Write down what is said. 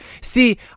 see